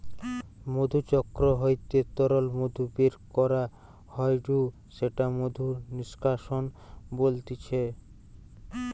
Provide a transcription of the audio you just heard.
মধুচক্র হইতে তরল মধু বের করা হয়ঢু সেটা মধু নিষ্কাশন বলতিছে